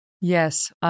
Yes